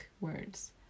words